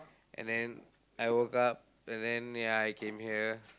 and then I woke up and then ya I came here